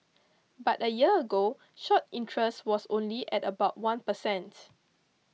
but a year ago short interest was only at about one per cent